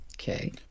Okay